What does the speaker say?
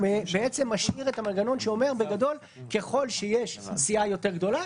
ומשאיר את המנגנון שאומר בגדול: ככל שיש סיעה יותר גדולה,